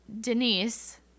Denise